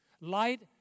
Light